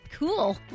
Cool